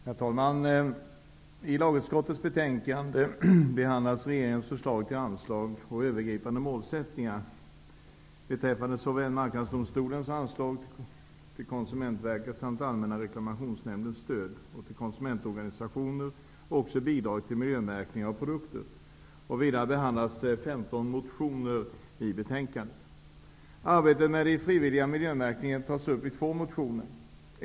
Herr talman! I lagutskottets betänkande 1992/93:32 behandlas regeringens förslag till anslag och övergripande målsättning beträffande såväl Marknadsdomstolens anslag till Konsumentverket som Allmänna reklamationsnämndens stöd till konsumentorganisationer samt bidrag till miljömärkning av produkter. Vidare behandlas 15 Arbetet med den frivilliga miljömärkningen tas upp i två motioner.